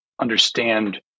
understand